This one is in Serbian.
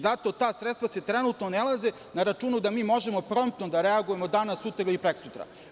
Zato ta sredstva se trenutno nalaze na računu da mi možemo promptno da reagujemo danas, sutra ili prekosutra.